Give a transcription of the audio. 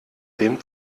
dem